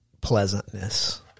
pleasantness